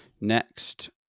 next